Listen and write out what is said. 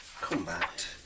combat